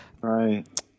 Right